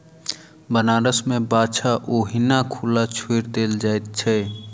बनारस मे बाछा ओहिना खुला छोड़ि देल जाइत छै